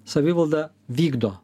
savivalda vykdo